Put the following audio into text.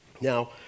Now